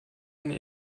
eine